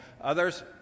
Others